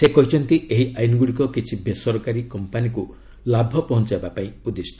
ସେ କହିଛନ୍ତି ଏହି ଆଇନ୍ଗୁଡ଼ିକ କିଛି ବେସରକାରୀ କମ୍ପାନୀକୁ ଲାଭ ପହଞ୍ଚାଇବା ପାଇଁ ଉଦ୍ଦିଷ୍ଟ